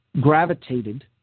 gravitated